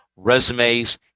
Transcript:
Resumes